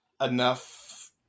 enough